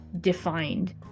defined